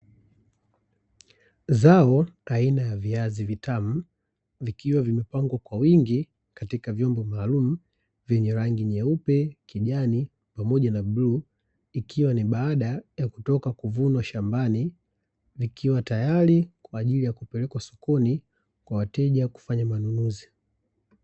Zao la aina ya viazi vitamu, vikiwa vimepangwa kwa wingi katika vyombo maalumu vyenye rangi nyeupe, kijani pamoja na bluu, ikiwa ni baada ya kutoka kuvunwa shambani, vikiwa tayari kwa ajili ya kupelekwa sokoni kwa wateja kufanya manunuzi.